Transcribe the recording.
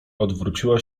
odwróciła